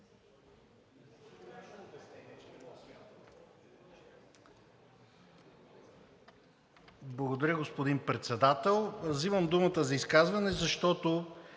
Благодаря, господин Председател. Взимам думата за изказване, защото